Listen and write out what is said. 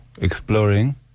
exploring